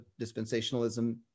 dispensationalism